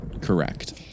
Correct